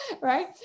Right